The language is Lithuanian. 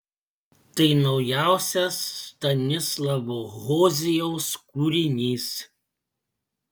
tai naujausias stanislavo hozijaus kūrinys